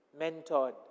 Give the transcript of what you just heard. mentored